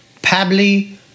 Pabli